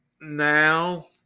now